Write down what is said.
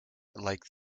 like